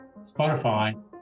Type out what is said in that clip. Spotify